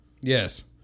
Yes